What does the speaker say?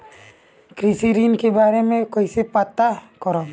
कृषि ऋण के बारे मे कइसे पता करब?